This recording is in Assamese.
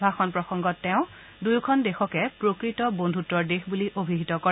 ভাষণ প্ৰসংগত তেওঁ দুয়োখন দেশকে প্ৰকৃত বন্ধুত্বৰ দেশ বুলি অভিহিত কৰে